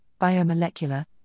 biomolecular